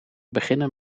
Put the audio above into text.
beginnen